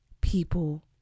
people